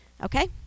okay